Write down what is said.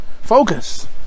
focus